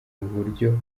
uburyo